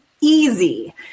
easy